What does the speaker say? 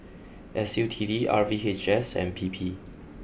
S U T D R V H S and P P